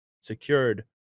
secured